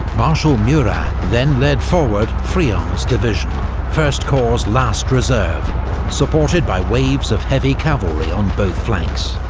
marshal murat then led forward friant's division first corps' last reserve supported by waves of heavy cavalry on both flanks.